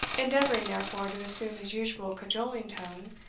endeavouring, therefore, to assume his usual cajoling tone,